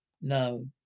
No